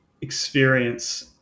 experience